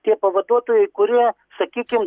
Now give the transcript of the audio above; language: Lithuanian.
tie pavaduotojai kurie sakykim